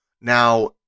Now